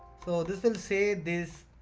so this will say this.